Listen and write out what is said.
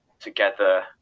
together